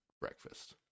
breakfast